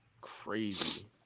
crazy